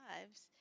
lives